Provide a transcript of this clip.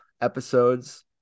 episodes